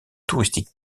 touristique